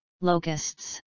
locusts